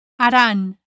harán